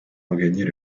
regagner